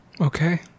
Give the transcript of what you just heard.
Okay